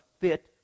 fit